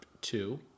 two